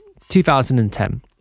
2010